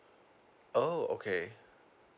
oh okay